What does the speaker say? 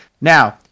now